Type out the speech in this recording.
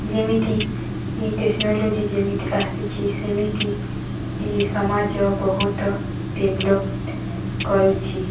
ଯେମିତି ଏ ଟେକ୍ନୋଲୋଜି ଯେମିତି ଆସିଛି ସେମିତି ଏ ସମାଜ ବହୁତ ଡେଭଲପ୍ କରୁଛି